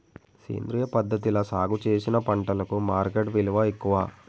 సేంద్రియ పద్ధతిలా సాగు చేసిన పంటలకు మార్కెట్ విలువ ఎక్కువ